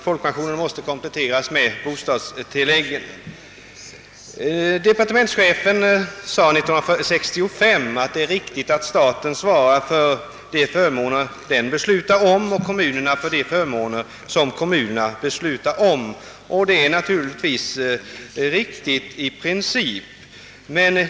Folkpensionen måste kompletteras med bostadstilläggen. Departementschefen sade 1965, att staten bör svara för de förmåner staten beslutar och kommunerna för de förmåner kommunerna beslutar. Detta är naturligtvis riktigt i princip.